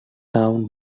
town